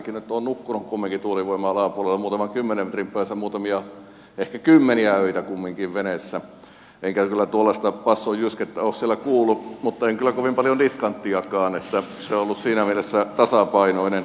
minäkin olen nukkunut kumminkin tuulivoimalan alapuolella muutaman kymmenen metrin päässä muutamia öitä ehkä kymmeniä veneessä enkä kyllä tuollaista bassonjyskettä ole siellä kuullut mutta en kyllä kovin paljon diskanttiakaan että se on ollut siinä mielessä tasapainoinen